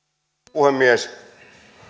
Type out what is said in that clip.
puhemies